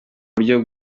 buryo